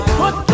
put